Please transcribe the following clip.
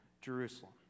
Jerusalem